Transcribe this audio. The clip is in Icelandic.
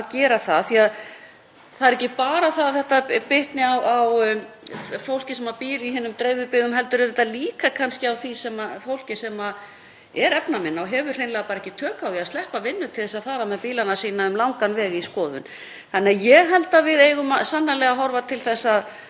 er efnaminna og hefur hreinlega ekki tök á því að sleppa vinnu til að fara með bílana sína um langan veg í skoðun. Þannig að ég held að við eigum sannarlega að horfa til þess að leggja ríkari skyldur á aðila eða semja um það við þá aðila sem þegar eru með þessa bíla að þeir sinni þessu sómasamlega.